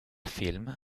film